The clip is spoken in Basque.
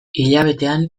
hilabetean